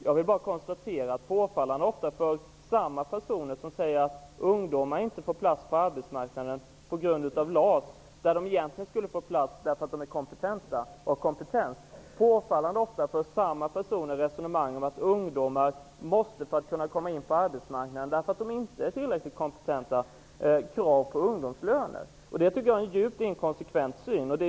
Jag konsterar bara att det påfallande ofta är samma personer som säger att ungdomar inte får plats på arbetsmarknaden på grund av LAS -- fast de egentligen skulle ha fått plats, eftersom de är kompetenta -- och som ställer krav på ungdomslöner därför att ungdomar som inte är tillräckligt kompetenta måste kunna komma in på arbetsmarknaden. Det tycker jag är en djupt inkonsekvent syn.